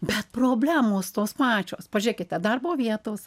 bet problemos tos pačios pažėkite darbo vietos